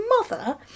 mother